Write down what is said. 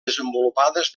desenvolupades